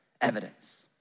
evidence